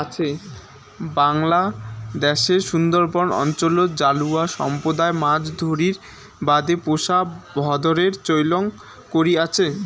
বাংলাদ্যাশের সুন্দরবন অঞ্চলত জালুয়া সম্প্রদায় মাছ ধরির বাদে পোষা ভোঁদরের চৈল করি আচে